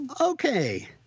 Okay